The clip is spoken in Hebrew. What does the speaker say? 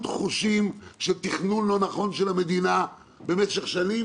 חושים של תכנון לא נכון של המדינה במשך שנים,